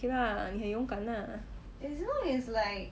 okay lah 你很勇敢啦